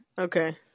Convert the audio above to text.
Okay